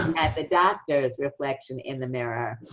at the doctor's reflection in the mirror,